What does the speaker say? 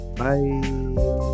bye